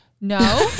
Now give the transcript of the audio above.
No